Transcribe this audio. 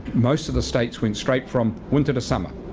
most of the states when straight from winter to summer.